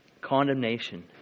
Condemnation